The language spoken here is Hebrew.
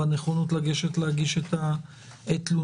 בנכונות לגשת להגיש את התלונה.